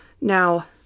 Now